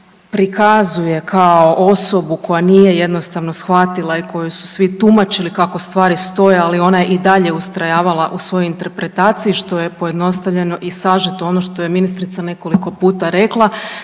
prikazuje kao osobu koja nije jednostavno shvatila i koju su svi tumačili kako stvari stoje ali ona je i dalje ustrajavala u svojoj interpretaciji, što je pojednostavljeno i sažeto ono što je ministrica nekoliko puta rekla,